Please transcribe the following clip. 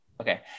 okay